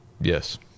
Yes